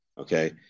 Okay